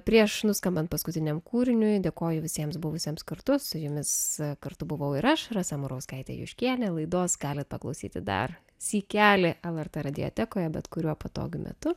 prieš nuskambant paskutiniam kūriniui dėkoju visiems buvusiems kartu su jumis kartu buvau ir aš rasa murauskaitė juškienė laidos galite paklausyti dar sykelį lrt radiotekoje bet kuriuo patogiu metu